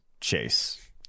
Chase